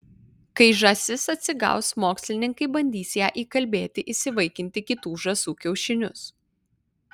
kai žąsis atsigaus mokslininkai bandys ją įkalbėti įsivaikinti kitų žąsų kiaušinius